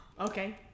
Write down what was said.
Okay